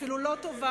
אפילו לא טובה,